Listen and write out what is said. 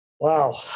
Wow